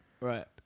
Right